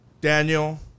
Daniel